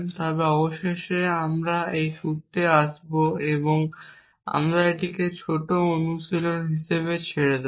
তবে অবশেষে আমরা এই সূত্রে আসব এবং আমি এটিকে একটি ছোট অনুশীলন হিসাবে ছেড়ে দেব